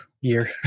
year